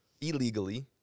Illegally